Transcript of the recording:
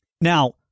Now